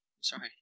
Sorry